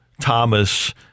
Thomas